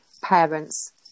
parents